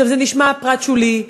זה נשמע פרט שולי,